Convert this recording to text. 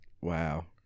Wow